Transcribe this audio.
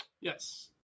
Yes